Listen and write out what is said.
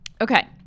Okay